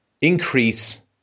increase